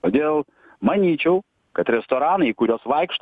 todėl manyčiau kad restoranai į kuriuos vaikšto